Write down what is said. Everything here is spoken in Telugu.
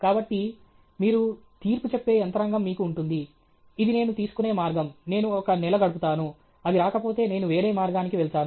కాబట్టి మీరు తీర్పు చెప్పే యంత్రాంగం మీకు ఉంటుంది ఇది నేను తీసుకునే మార్గం నేను ఒక నెల గడుపుతాను అది రాకపోతే నేను వేరే మార్గానికి వెళ్తాను